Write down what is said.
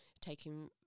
taking